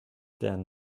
then